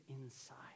inside